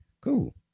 cool